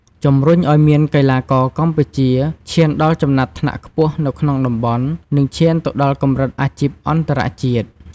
ជំរុញឱ្យមានកីឡាករកម្ពុជា ឈានដល់ចំណាត់ថ្នាក់ខ្ពស់នៅក្នុងតំបន់ និងឈានទៅដល់កម្រិតអាជីពអន្តរជាតិ។